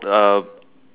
uh